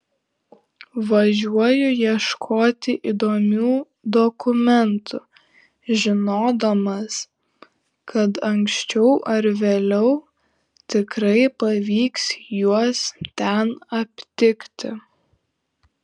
važiuoju ieškoti įdomių dokumentų žinodamas kad anksčiau ar vėliau tikrai pavyks juos ten aptikti